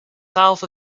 south